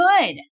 good